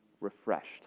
refreshed